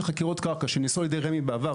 חקירות קרקע שנעשו על ידי רמי בעבר,